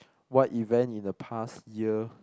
what event in the past year